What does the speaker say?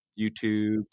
YouTube